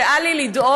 שאל לי לדאוג,